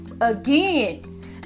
again